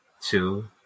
two